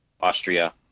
austria